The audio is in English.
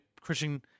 Christian